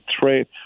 trade